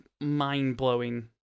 mind-blowing